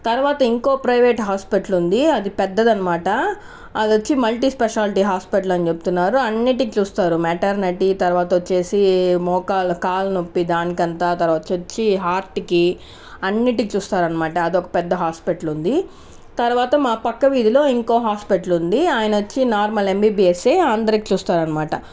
తర్వాత ఇంకో private hospital ఉంది అది పెద్దది అనమాట అది వచ్చి మల్టీ స్పెషాలిటీ హాస్పిటల్ అని చెప్తున్నారు అన్నిటికి చూస్తారు మేటర్నిటీ తర్వాత వచ్చేసి మోకాలు కాళ్లనొప్పిదానికి అంతా తర్వాత వచ్చి హార్ట్కి అన్నిటికీ చూస్తారు అనమాట అది ఒక పెద్ద హాస్పిటల్ ఉంది తర్వాత మా పక్క వీధిలో ఇంకో హాస్పిటల్ ఉంది ఆయన వచ్చి నార్మల్ ఎంబిబిఎస్ఏ అందరికి చూస్తారన్నమాట